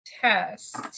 test